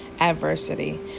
adversity